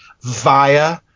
via